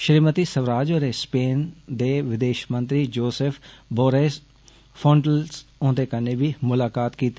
श्रीमति स्वराज होरें स्पेन दे विदेषमंत्री जोसेफ बोरैल फोंटैल्स होन्दे कन्नै बी मुलाकात कीती